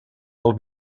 del